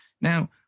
now